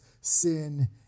sin